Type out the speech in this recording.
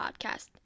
podcast